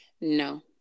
No